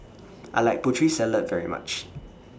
I like Putri Salad very much